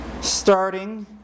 starting